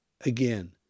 again